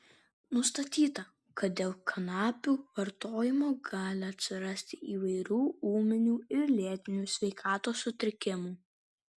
nustatyta kad dėl kanapių vartojimo gali atsirasti įvairių ūminių ir lėtinių sveikatos sutrikimų